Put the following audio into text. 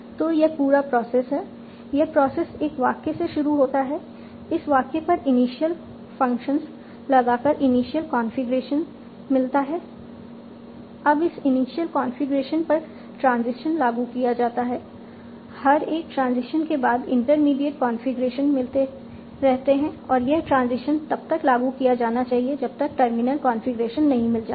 तो यह पूरा प्रोसेस है यह प्रोसेस एक वाक्य से शुरू होता है इस वाक्य पर इनिशियल फंक्शन लगाकर इनिशियल कॉन्फ़िगरेशन मिलता है अब इस इनिशियल कॉन्फ़िगरेशन पर ट्रांजीशन लागू किया जाता है हर एक ट्रांजिशन के बाद इंटरमीडिएट कॉन्फ़िगरेशन मिलते रहते हैं और यह ट्रांजीशन तब तक लागू किया जाना चाहिए जब तक टर्मिनल कॉन्फ़िगरेशन नहीं मिल जाता